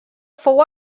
fou